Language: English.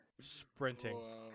Sprinting